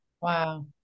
Wow